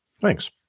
Thanks